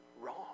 wrong